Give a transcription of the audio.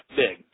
big